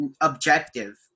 objective